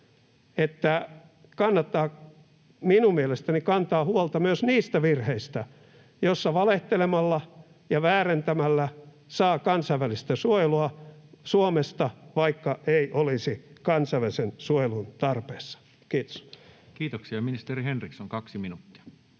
että kannattaa minun mielestäni kantaa huolta myös niistä virheistä, joissa valehtelemalla ja väärentämällä saa kansainvälistä suojelua Suomesta, vaikka ei olisi kansainvälisen suojelun tarpeessa. — Kiitos. [Speech 146] Speaker: Toinen